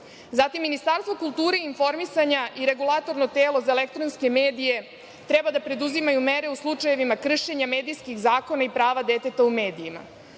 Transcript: preporuku. Ministarstvo kulture i informisanja i Regulatorno telo za elektronske medije treba da preduzimaju mere u slučajevima kršenja medijskih zakona i prava deteta u medijima.